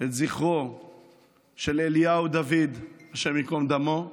את זכרו של אליהו דוד, השם ייקום דמו,